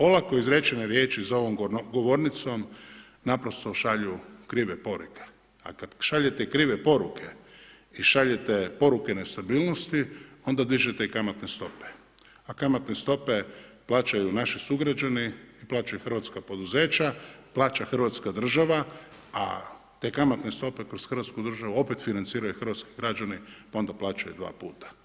Olako izrečene riječi za ovom govornicom naprosto šalju krive poruke, a kad šaljete krive poruke i šaljete poruke nestabilnosti onda dižete i kamatne stope, a kamatne stope plaćaju naši sugrađani, plaćaju Hrvatska poduzeća, plaća Hrvatska država, a te kamatne stope kroz Hrvatsku državu opet financiraju hrvatski građani, pa onda plaćaju dva puta.